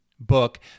book